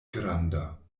granda